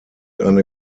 eine